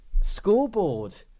scoreboard